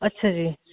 ਅੱਛਾ ਜੀ